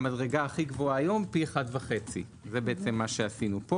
המדרגה הכי גבוהה היום פי 1.5. זה מה שעשינו פה.